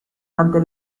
ante